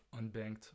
unbanked